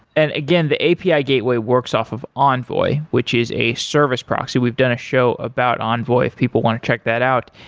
and again, the api gateway works off of envoy, which is a service proxy. we've done a show about envoy, if people want to check that out.